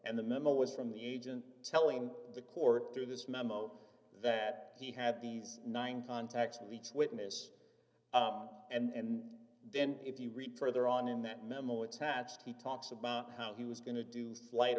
and the memo was from the agent telling the court through this memo that he had these nine contacts with each witness and then if you read further on in that memo attached he talks about how he was going to do flight